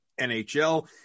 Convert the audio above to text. NHL